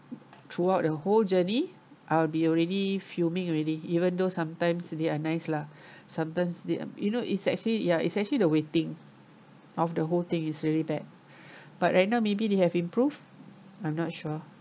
throughout the whole journey I'll be already fuming already even though sometimes they are nice lah sometimes they um you know it's actually ya it's actually the waiting of the whole thing it's really bad but right now maybe they have improved I'm not sure